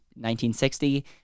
1960